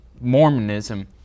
Mormonism